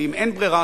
ואם אין ברירה,